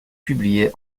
publiée